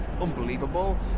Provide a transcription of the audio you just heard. unbelievable